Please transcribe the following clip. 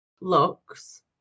looks